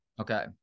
Okay